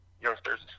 youngsters